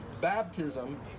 Baptism